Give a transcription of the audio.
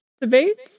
debates